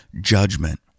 judgment